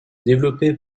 développé